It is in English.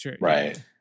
Right